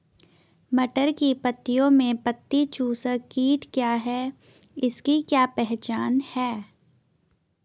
मटर की पत्तियों में पत्ती चूसक कीट क्या है इसकी क्या पहचान है?